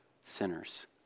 sinners